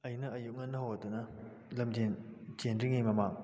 ꯑꯩꯅ ꯑꯌꯨꯛ ꯉꯟꯅ ꯍꯧꯒꯠꯇꯨꯅ ꯂꯝꯖꯦꯟ ꯆꯦꯟꯗ꯭ꯔꯤꯉꯩ ꯃꯃꯥꯡ